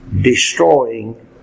destroying